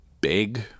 big